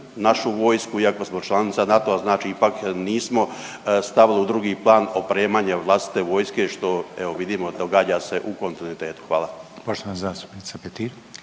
našu vojsku. Iako smo članica NATO-a znači ipak nismo stavili u drugi plan opremanje vlastite vojske što evo vidimo događa se u kontinuitetu. Hvala. **Reiner, Željko